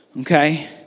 Okay